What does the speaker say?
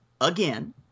again